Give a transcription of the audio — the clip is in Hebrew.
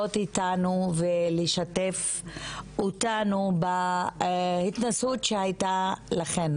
איתנו ולשתף אותנו בהתנסות שהייתה לכם,